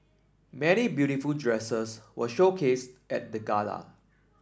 many beautiful dresses were showcased at the gala